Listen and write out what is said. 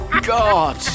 God